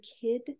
kid